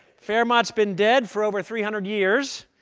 fermat's been dead for over three hundred years.